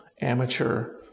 amateur